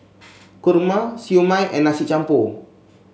kurma Siew Mai and Nasi Campur